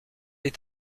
est